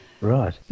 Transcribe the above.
Right